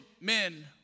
men